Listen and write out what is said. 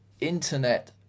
internet